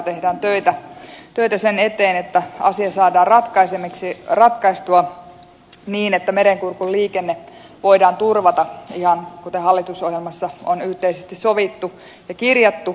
parastaikaa tehdään töitä sen eteen että asia saadaan ratkaistua niin että merenkurkun liikenne voidaan turvata ihan kuten hallitusohjelmassa on yhteisesti sovittu ja kirjattu